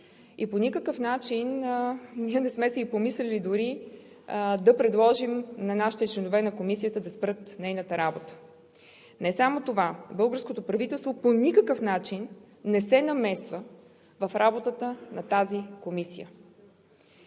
и по никакъв начин ние сме си и помисляли дори да предложим на нашите членове на Комисията да спрат нейната работа. Не само това, но българското правителство по никакъв начин не се намесва в работата на тази комисия.